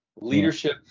Leadership